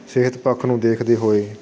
ਸਿਹਤ ਪੱਖ ਨੂੰ ਦੇਖਦੇ ਹੋਏ